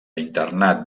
internat